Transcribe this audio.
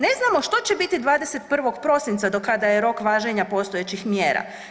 Ne znamo što će biti 21. prosinca do kada je rok važenja postojećih mjera.